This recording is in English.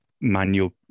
manual